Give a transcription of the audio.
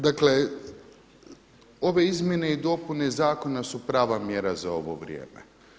Dakle, ove izmjene i dopune zakona su prava mjera za ovo vrijeme.